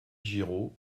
giraud